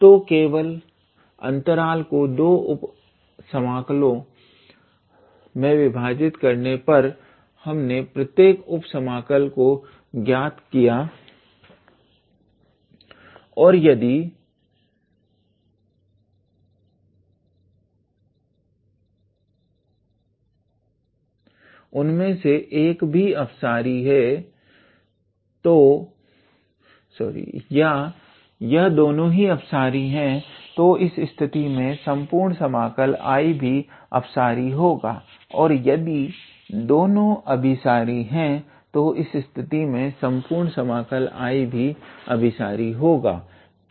तो केवल समाकल को 2 उप समाकलों में विभाजित कर हमने प्रत्येक उप समाकल को ज्ञात किया और यदि उनमें से एक भी अपसारी है या यदि यह दोनों ही अपसारी है तो इस स्थिति में संपूर्ण समाकल I भी अपसारी होगा और यदि यह दोनों अभीसारी हैं तो इस स्थिति में संपूर्ण समाकल I भी अभिसारी होगा